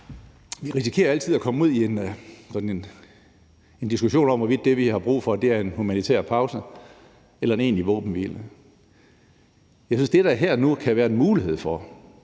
Vi risikerer altid komme ud i sådan en diskussion om, hvorvidt det, vi har brug for, er en humanitær pause eller en egentlig våbenhvile. Jeg synes, at det, der her og nu kan være en mulighed for,